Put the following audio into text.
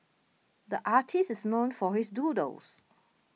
the artist is known for his doodles